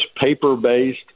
paper-based